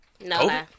No